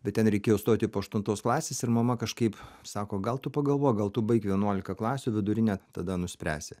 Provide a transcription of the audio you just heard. bet ten reikėjo stoti po aštuntos klasės ir mama kažkaip sako gal tu pagalvok gal tu baik vienuolika klasių vidurinę tada nuspręsi